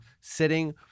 sitting